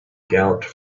galloped